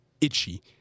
itchy